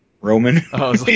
Roman